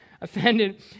offended